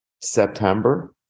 September